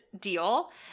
deal